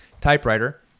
typewriter